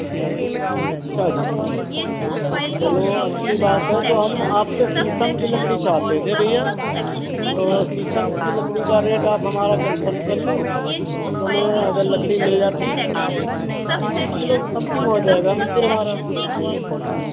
अच्छा जी अच्छा जी चलो अच्छी बात है तो हम आपसे शीशम की लकड़ी चाहते थे भैया तो शीशम की लकड़ी का रेट आप हमारा कन्फर्म कर लो हमें अगर लकड़ी मिल जाती तीस तीस ईस किलो के समथिंग हो जाएगा मंदिर हमारा